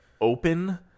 open